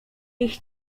ich